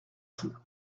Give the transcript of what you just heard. tout